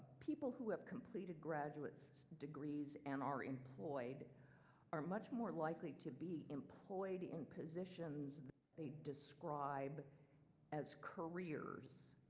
people who have completed graduate degrees and are employed are much more likely to be employed in positions they describe as careers,